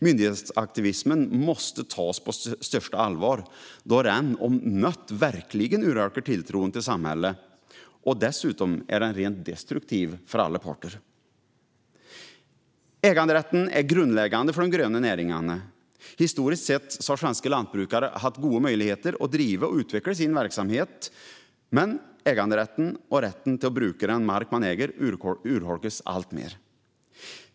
Myndighetsaktivismen måste tas på största allvar då den, om något, verkligen urholkar tilltron till samhället och dessutom är rent destruktiv för alla parter. Äganderätten är grundläggande för de gröna näringarna. Historiskt sett har svenska lantbrukare haft goda möjligheter att driva och utveckla sin verksamhet, men äganderätten och rätten att bruka den mark man äger urholkas alltmer.